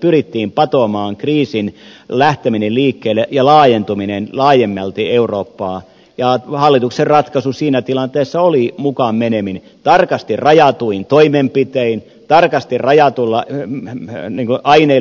pyrittiin patoamaan kriisin lähteminen liikkeelle ja laajentuminen laajemmalti eurooppaan ja hallituksen ratkaisu siinä tilanteessa oli mukaan meneminen tarkasti rajatuin toimenpitein tarkasti rajatulla aineellisella mitalla